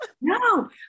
no